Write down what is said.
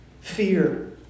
Fear